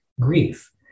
grief